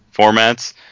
formats